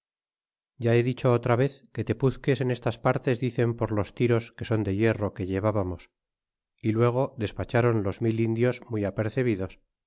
ya he dicho otra vez que tepuzques en estas partes dicen por los tiros que son de hierro que llevábamos y luego despacharon los mil indios muy apercebidos